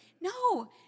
No